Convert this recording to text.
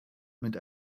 mit